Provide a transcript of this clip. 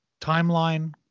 timeline